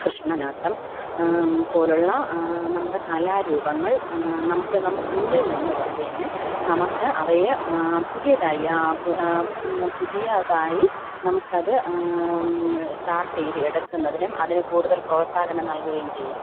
കൃഷ്ണനാട്ടം പോലുള്ള നമ്മുടെ കലാരൂപങ്ങൾ നമുക്ക് നമുക്ക് മുന്നിൽ നിന്നുകൊണ്ട് തന്നെ നമുക്ക് അവയെ പുതിയതായി പുതിയതായി നമുക്ക് അത് ചാർട്ട ചെയ്തു എടുക്കുന്നതിനും അതിന് കൂടുതൽ പ്രോത്സാഹനം നൽകുകയും ചെയ്യാം